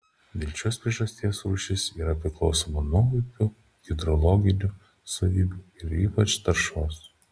dėl šios priežasties rūšis yra priklausoma nuo upių hidrologinių savybių ir ypač taršos